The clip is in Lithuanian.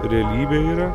realybė yra